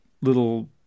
little